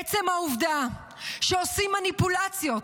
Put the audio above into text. עצם העובדה שעושים מניפולציות